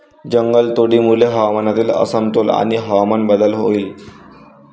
जंगलतोडीमुळे हवामानातील असमतोल आणि हवामान बदल होईल